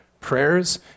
prayers